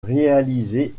réalisés